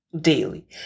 daily